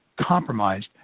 compromised